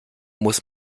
muss